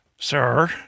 sir